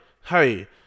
hey